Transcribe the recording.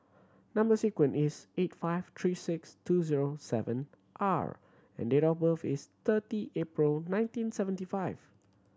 number sequence is eight five three six two zero seven R and date of birth is thirty April nineteen seventy five